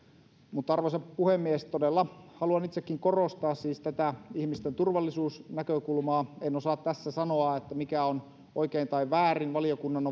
arvoisa puhemies todella haluan itsekin korostaa siis tätä ihmisten turvallisuusnäkökulmaa en osaa tässä sanoa että mikä on oikein tai väärin valiokunnan